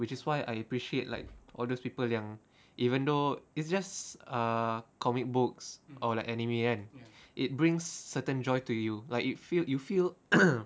which is why I appreciate like all those people yang even though it's just ah comic books or like anime kan it brings certain joy to you like you feel you feel